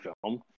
film